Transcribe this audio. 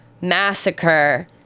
Massacre